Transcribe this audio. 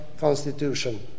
constitution